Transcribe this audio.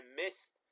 missed